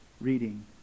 reading